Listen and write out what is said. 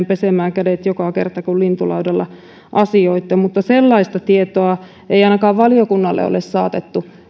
pesemään kädet joka kerta kun lintulaudalla asioitte mutta sellaista tietoa ei ainakaan valiokunnalle ole saatettu